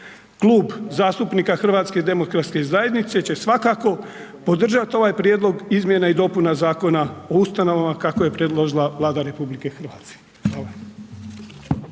Klub zastupnika HDZ-a će svakako podržati ovaj prijedlog Izmjena i dopuna Zakona o ustanovama kako je predložila Vlada RH. Hvala.